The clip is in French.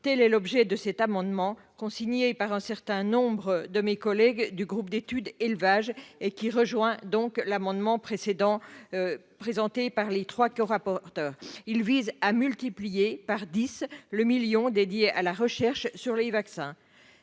telle est l'objet de cet amendement consigné par un certain nombre de mes collègues du groupe d'étude élevage et qui rejoint donc l'amendement précédent présenté par les 3 co-rapporteur, il vise à multiplier par 10 le 1000000, dédié à la recherche sur les vaccins,